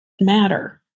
matter